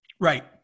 Right